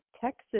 Texas